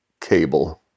cable